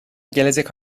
gelecek